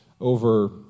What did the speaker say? over